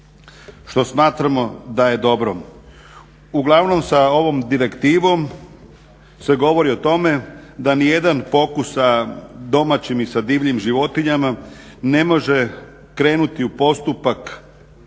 što smatramo da je dobro. Uglavnom sa ovom direktivom se govori o tome da nijedan pokus sa domaćim i sa divljim životinjama ne može krenuti u postupak